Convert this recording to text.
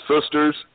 sisters